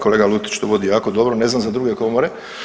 Kolega Lucić to vodi jako dobro, ne znam za druge komore.